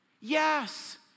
Yes